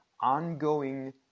ongoing